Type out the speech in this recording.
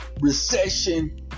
recession